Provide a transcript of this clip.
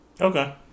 Okay